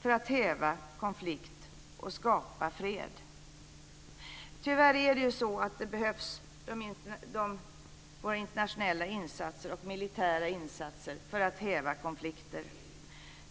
för att häva konflikt och skapa fred. Tyvärr behövs våra internationella insatser och militära insatser för att häva konflikter.